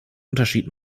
unterschied